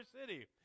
city